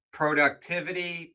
productivity